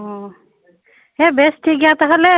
ᱚ ᱦᱮᱸ ᱵᱮᱥ ᱴᱷᱤᱠ ᱜᱮᱭᱟ ᱛᱟᱦᱞᱮ